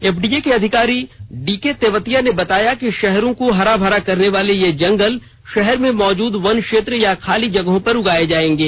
FDA के अधिकारी DK Tewatia ने बताया कि शहरों को हरा भरा करने वाले ये जंगल शहर में मौजूद वन क्षेत्र या खाली जगहों पर उगाए जाएंगे